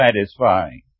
satisfying